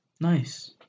Nice